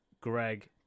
greg